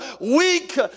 weak